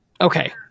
Okay